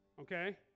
okay